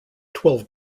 twelve